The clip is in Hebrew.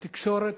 התקשורת,